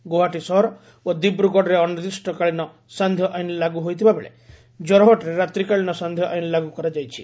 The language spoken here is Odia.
ଗୌହାଟୀ ସହର ଓ ଦିବ୍ରଗଡ଼ରେ ଅନିର୍ଦ୍ଦିଷ୍ଟକାଳୀନ ସାନ୍ଧ୍ୟ ଆଇନ୍ ଲାଗୁହୋଇଥିବା ବେଳେ ଜୋରହଟରେ ରାତ୍ରିକାଳୀନ ସାନ୍ଧ୍ୟ ଆଇନ୍ ଲାଗୁ କରାଯାଇଛି